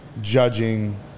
judging